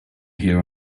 here